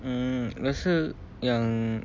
um rasa yang